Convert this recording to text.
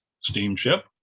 steamship